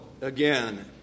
again